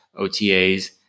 OTAs